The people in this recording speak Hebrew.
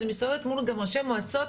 ואני מסתובבת גם מול ראשי מועצות,